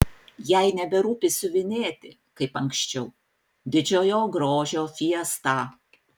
jai neberūpi siuvinėti kaip anksčiau didžiojo grožio fiestą